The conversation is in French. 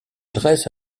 dresse